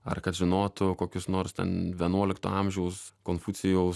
ar kad žinotų kokius nors ten vienuolikto amžiaus konfucijaus